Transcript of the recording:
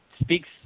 speaks